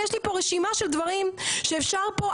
הנה יש לי פה רשימה של דברים שאפשר פה,